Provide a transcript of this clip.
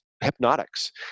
hypnotics